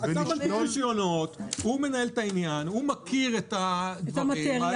הוא מנהל את העניין, הוא מכיר את הדברים.